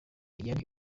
yari